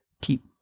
keep